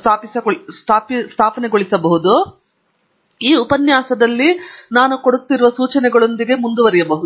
ವಿರಾಮಗೊಳಿಸಬಹುದು ನಂತರ ಸ್ಥಾಪಿಸಿ ನಂತರ ಹಿಂತಿರುಗಿ ಮತ್ತು ನಾನು ಈ ಉಪನ್ಯಾಸದಲ್ಲಿ ಹೋಗುತ್ತಿರುವ ಸೂಚನೆಗಳೊಂದಿಗೆ ಮುಂದುವರಿಸಬಹುದು